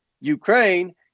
Ukraine